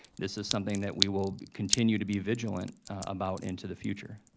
this is something that we will continue to be vigilant about into the future.